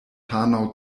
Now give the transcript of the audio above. hanau